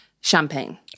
Champagne